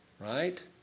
Right